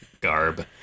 garb